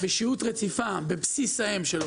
בשהות רציפה בבסיס האם שלו,